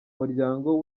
muryango